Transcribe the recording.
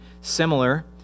similar